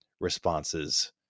responses